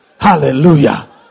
hallelujah